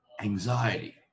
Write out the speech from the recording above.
anxiety